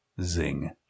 Zing